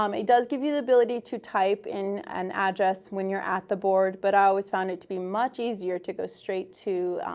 um it does give you the ability to type in an address when you're at the board, but i always found it to be much easier to go straight to,